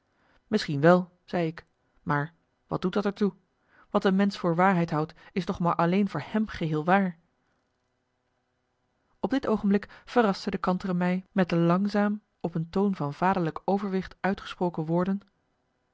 misschien wel zei ik maar wat doet dat er toe wat een mensch voor waarheid houdt is toch maar alleen voor hem geheel waar op dit oogenblik verrastte de kantere mij met de langzaam op een toon van vaderlijk overwicht uitgesproken woorden